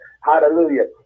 hallelujah